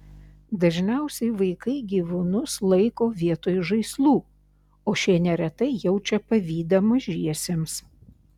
dažniausiai vaikai gyvūnus laiko vietoj žaislų o šie neretai jaučia pavydą mažiesiems